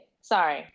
Sorry